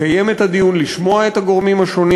לקיים את הדיון, לשמוע את הגורמים השונים